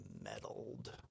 meddled